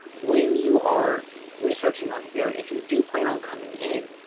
when you are researching on here. if you do plan on coming in.